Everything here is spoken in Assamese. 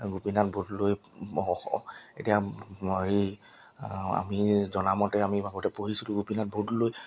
গোপীনাথ বৰদলৈ এতিয়া হেৰি আমি জনামতে আমি আগতে পঢ়িছিলোঁ গোপীনাথ বৰদলৈ